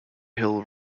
hill